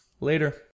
Later